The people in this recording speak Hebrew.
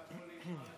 לא יכול להיפרד.